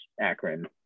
Akron